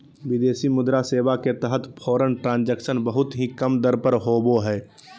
विदेशी मुद्रा सेवा के तहत फॉरेन ट्रांजक्शन बहुत ही कम दर पर होवो हय